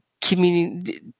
community